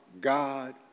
God